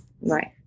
Right